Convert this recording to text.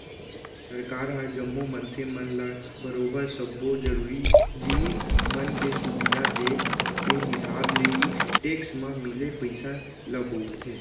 सरकार ह जम्मो मनसे मन ल बरोबर सब्बो जरुरी जिनिस मन के सुबिधा देय के हिसाब ले ही टेक्स म मिले पइसा ल बउरथे